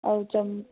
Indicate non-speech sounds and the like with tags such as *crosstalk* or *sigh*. ꯑꯥꯎ *unintelligible*